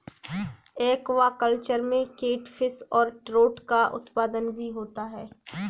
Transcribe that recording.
aquaculture में catfish और trout का उत्पादन भी होता है